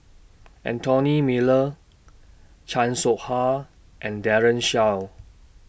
Anthony Miller Chan Soh Ha and Daren Shiau